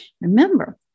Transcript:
Remember